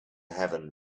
heaven